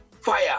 Fire